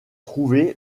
trouvé